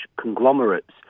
conglomerates